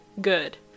good